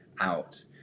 out